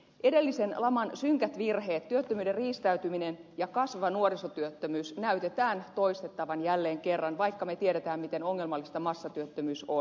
edellisen laman synkät virheet työttömyyden riistäytyminen ja kasvava nuorisotyöttömyys näkyy toistettavan jälleen kerran vaikka me tiedämme miten ongelmallista massatyöttömyys on